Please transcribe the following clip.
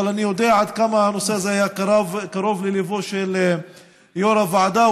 אני יודע עד כמה הנושא היה קרוב לליבו של יו"ר הוועדה.